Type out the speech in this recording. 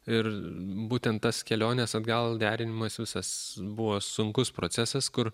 ir būtent tas kelionės atgal derinimas visas buvo sunkus procesas kur